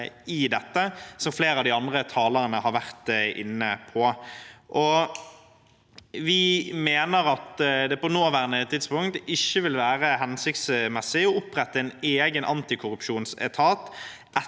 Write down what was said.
som flere av de andre talerne har vært inne på. Vi mener at det på nåværende tidspunkt ikke ville være hensiktsmessig å opprette en egen antikorrupsjonsetat